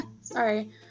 Sorry